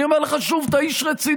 אני אומר לך שוב: אתה איש רציני,